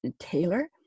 Taylor